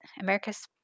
america's